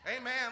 Amen